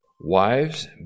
Wives